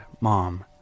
mom